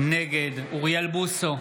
נגד אוריאל בוסו,